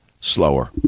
slower